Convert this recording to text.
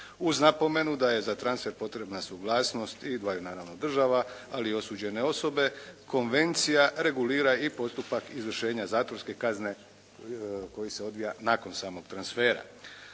uz napomenu da je za transfer potrebna suglasnost i dvaju naravno država ali i osuđene osobe. Konvencija regulira i postupak izvršena zatvorske kazne koji se odvija nakon samog transfera.